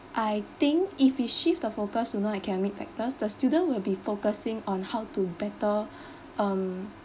I think if we shift the focus to non academic factors the student will be focusing on how to better um